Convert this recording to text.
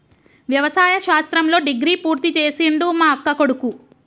వ్యవసాయ శాస్త్రంలో డిగ్రీ పూర్తి చేసిండు మా అక్కకొడుకు